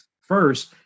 First